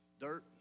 dirt